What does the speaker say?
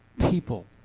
people